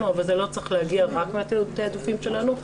אבל זה לא צריך להגיע רק מהתיעדופים שלנו.